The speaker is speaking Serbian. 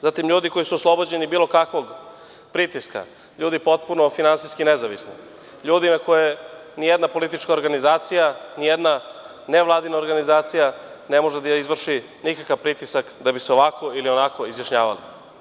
Zatim, ljudi koji su oslobođeni bilo kakvog pritiska, ljudi potpuno finansijski nezavisni, ljudi na koje nijedna politička organizacija, ni jedna nevladina organizacija ne može da izvrši nikakav pritisak da bi se ovako ili onako izjašnjavali.